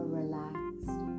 relaxed